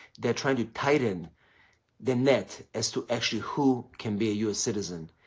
they're trying to tighten the net as to actually who can be a us citizen.